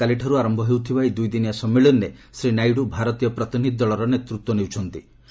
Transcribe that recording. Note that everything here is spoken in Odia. ଆସନ୍ତାକାଲିଠାରୁ ଆରମ୍ଭ ହେଉଥିବା ଏହି ଦୁଇଦିନିଆ ସମ୍ମିଳନୀରେ ଶ୍ରୀ ନାଇଡୁ ଭାରତୀୟ ପ୍ରତିନିଧି ଦଳର ନେତୃତ୍ୱ ନେଇଛନ୍ତି